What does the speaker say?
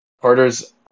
Carter's